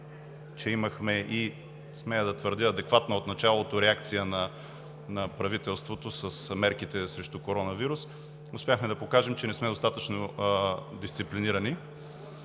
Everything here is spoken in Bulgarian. че имахме, смея да твърдя, адекватна от началото реакция на правителството с мерките срещу коронавируса, ние успяхме да покажем, че не сме достатъчно дисциплинирани.